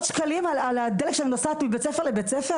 שקלים על הדלק שאני נוסעת מבית ספר לבית ספר?